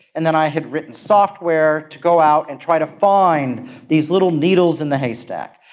and then i had written software to go out and try to find these little needles in the haystack.